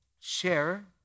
share